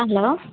hello